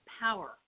power